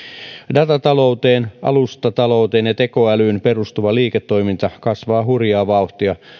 datatalouteen alustatalouteen ja tekoälyyn perustuva liiketoiminta kasvaa hurjaa vauhtia